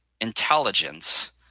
intelligence